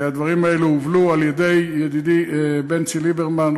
הדברים הללו הובלו על-ידי ידידי בנצי ליברמן,